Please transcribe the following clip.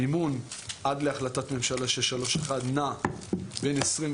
המימון עד להחלטת ממשלה 631 נע בין 25%